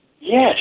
Yes